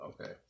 Okay